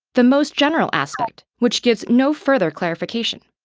the most general aspect, which gives no further clarification.